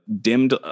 dimmed